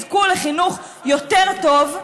יזכו לחינוך יותר טוב,